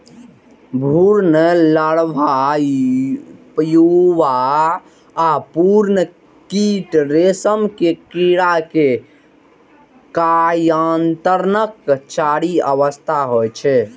भ्रूण, larva, pupa आ पूर्ण कीट रेशम के कीड़ा के कायांतरणक चारि अवस्था होइ छै